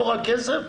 לא רק כסף,